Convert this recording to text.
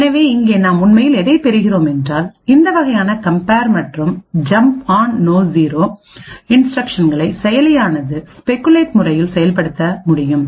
எனவே இங்கே நாம் உண்மையில் எதைப் பெறுகின்றோம் என்றால் இந்த வகையான கம்பேர் மற்றும் ஜம்ப் ஆண் நோ ஜீரோ இன்ஸ்டிரக்ஷன்களை செயலியானது ஸ்பெகுலேட் முறையில் செயல்படுத்த முடியும்